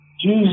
Jesus